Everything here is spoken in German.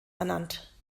ernannt